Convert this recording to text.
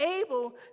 able